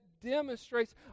demonstrates